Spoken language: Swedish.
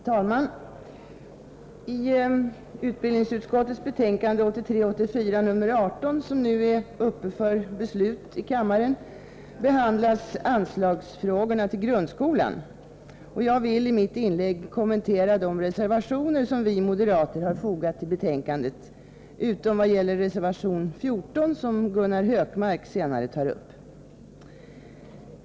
Herr talman! I utbildningsutskottets betänkande 1983/84:18, som nu är uppe för beslut i kammaren, behandlas anslagsfrågorna beträffande grundskolan. Jag vill i mitt inlägg kommentera de reservationer som vi moderater har fogat till betänkandet utom vad gäller reservation 14, som Gunnar Hökmark senare tar upp.